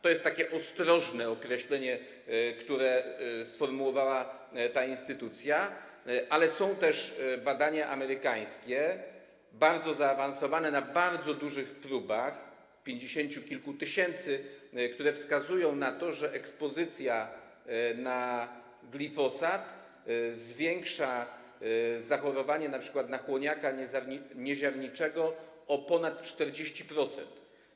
To jest takie ostrożne określenie, które sformułowała ta instytucja, ale są też badania amerykańskie, bardzo zaawansowane na bardzo dużych próbach pięćdziesięciu kilku tysięcy, które wskazują na to, że ekspozycja na glifosat zwiększa zachorowanie np. na chłoniaka nieziarniczego o ponad 40%.